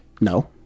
no